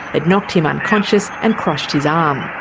it knocked him unconscious and crushed his arm.